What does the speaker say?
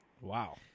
Wow